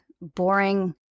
boring